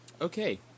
Okay